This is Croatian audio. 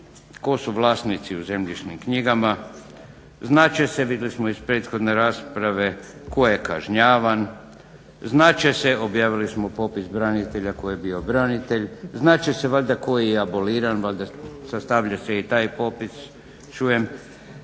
tko su vlasnici u zemljišnim knjigama, znat će se vidjeli smo iz prethodne rasprave tko je kažnjavan. Znat će se objavili smo popis branitelja tko je bio branitelj. Znat će se valjda koji je aboliran. Valjda sastavlja se i taj popis, čujem.